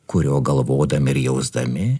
kurio galvodami ir jausdami